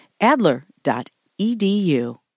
Adler.edu